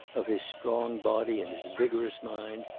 of his strong body and his vigorous mind,